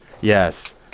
Yes